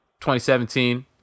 2017